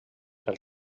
pel